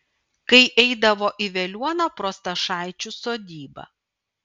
kai eidavo į veliuoną pro stašaičių sodybą